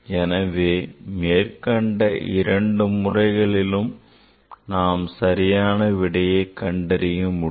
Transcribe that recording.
எனவே மேற்கண்ட இரண்டு முறைகளிலும் நாம் சரியான விடையை கண்டறியலாம்